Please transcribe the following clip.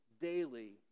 daily